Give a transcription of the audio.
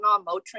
Motrin